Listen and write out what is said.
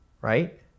right